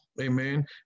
Amen